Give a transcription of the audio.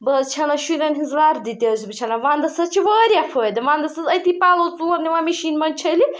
بہٕ حظ چھَلان شُرٮ۪ن ہِنٛز وردی تہِ حظ چھَس بہٕ چھَلان وَنٛدَس حظ چھِ واریاہ فٲیِدٕ وَنٛدَس حظ أتی پَلو ژور نِوان مِشیٖن منٛز چھلِتھ